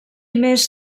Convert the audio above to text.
més